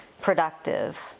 productive